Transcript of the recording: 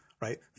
right